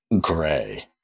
gray